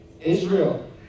Israel